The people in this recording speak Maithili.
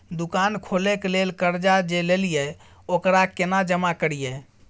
दुकान खोले के लेल कर्जा जे ललिए ओकरा केना जमा करिए?